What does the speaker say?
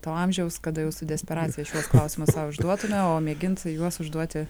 to amžiaus kada jau su desperacija šiuos klausimus sau užduotume o mėginti juos užduoti